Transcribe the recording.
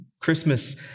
Christmas